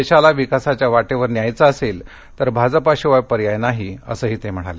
देशाला विकासाच्या वाटेवर न्यायचे असेल तर भाजपाशिवाय पर्याय नाही असं ही ते म्हणाले